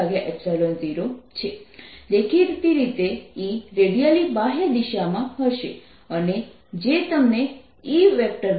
4πR2o છે દેખીતી રીતે E રેડિયલી બાહ્ય દિશામાં હશે અને જે તમને E R20r2 r આપે છે